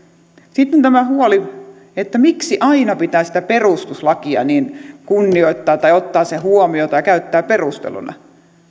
sitten tämä huoli että miksi aina pitää sitä perustuslakia niin kunnioittaa tai ottaa se huomioon tai käyttää perusteluna